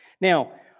Now